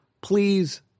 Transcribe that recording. please